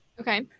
Okay